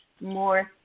more